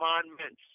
commandments